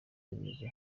remezo